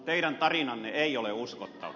teidän tarinanne ei ole uskottava